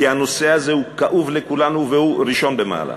כי הנושא הזה כואב לכולנו והוא ראשון במעלה.